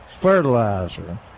fertilizer